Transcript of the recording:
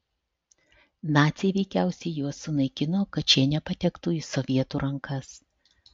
naciai veikiausiai juos sunaikino kad šie nepatektų į sovietų rankas